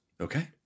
Okay